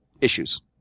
issues